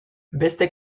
beste